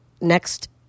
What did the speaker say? next